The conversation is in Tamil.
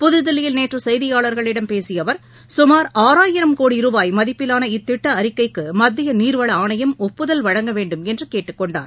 புதுதில்லியில் நேற்று செய்தியாளர்களிடம் பேசிய அவர் சுமார் ஆறாயிரம் கோடி ருபாய் மதிப்பிலான இத்திட்ட அறிக்கைக்கு மத்திய நீர்வள ஆணையம் ஒப்புதல் வழங்க வேண்டுமென்று கேட்டுக் கொண்டார்